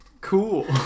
Cool